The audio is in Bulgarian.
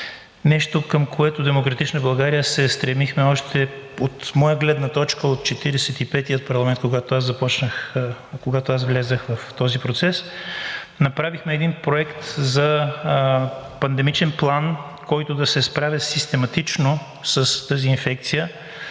нещо, към което „Демократична България“ се стремихме още, от моя гледна точка, от Четиридесет и петия парламент, когато аз влязох в този процес. Направихме един проект за пандемичен план, който да се справя систематично с тази инфекция.